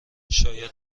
شاید